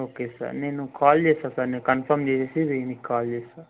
okay sir నేను call చేస్తాను sir నేను కన్ఫర్మ్ చేసేసి మీకు కాల్ చేస్తాను